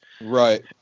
Right